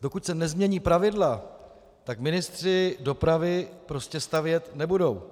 Dokud se nezmění pravidla, tak ministři dopravy prostě stavět nebudou.